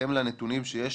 בהתאם לנתונים שיש